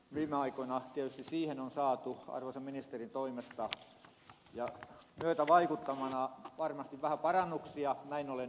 viime aikoina tietysti siihen on saatu arvoisan ministerin toimesta ja myötävaikuttamana varmasti vähän parannuksia näin olen ymmärtänyt